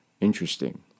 Interesting